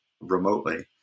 remotely